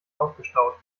aufgestaut